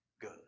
good